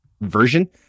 version